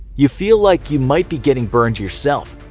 you feel like you might be getting burned yourself.